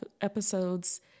episodes